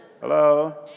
Hello